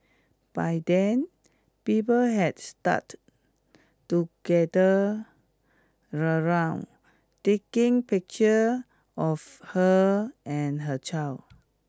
by then people had start to gather around taking pictures of her and her child